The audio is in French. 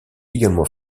également